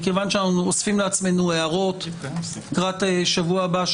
מכיוון שאנחנו אוספים לעצמנו הערות לקראת שבוע הבא,